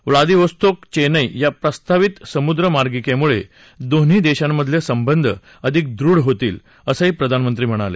Vladivostok Chennai या प्रस्तावित समुद्रमार्गीकिमुळे दोन्ही देशांमधले संबंध अधिक दृढ होतील असंही प्रधानमंत्री म्हणाले